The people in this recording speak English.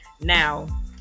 Now